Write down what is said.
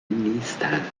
نیستند